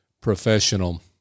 professional